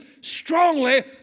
strongly